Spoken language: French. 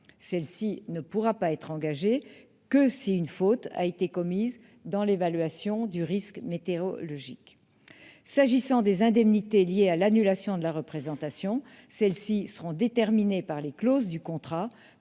Celle-ci ne pourra être engagée que si une faute a été commise dans l'évaluation du risque météorologique. S'agissant des indemnités liées à l'annulation de la représentation, celles-ci seront déterminées par les clauses du contrat